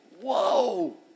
Whoa